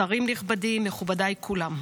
שרים נכבדים, מכובדיי כולם,